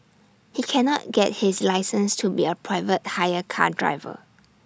he cannot get his license to be A private hire car driver